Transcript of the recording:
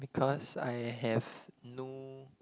because I have no